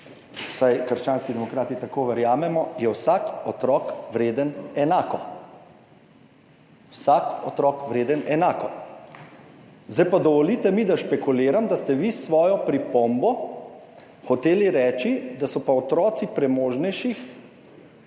vsaj krščanski demokrati tako verjamemo, vsak otrok vreden enako. Vsak otrok vreden enako. Zdaj pa mi dovolite, da špekuliram, da ste vi s svojo pripombo hoteli reči, da so pa otroci premožnejših,